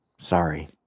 Sorry